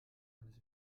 eines